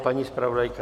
Paní zpravodajka?